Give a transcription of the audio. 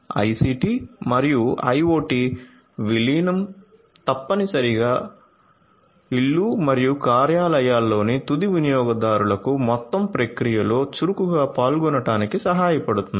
IT ICT మరియు IoT విలీనం తప్పనిసరిగా ఇళ్ళు మరియు కార్యాలయాలలోని తుది వినియోగదారులకు మొత్తం ప్రక్రియలో చురుకుగా పాల్గొనడానికి సహాయపడుతుంది